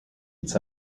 its